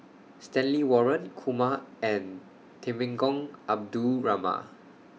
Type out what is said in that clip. Stanley Warren Kumar and Temenggong Abdul Rahman